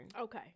Okay